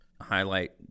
highlight